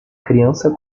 criança